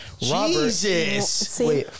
Jesus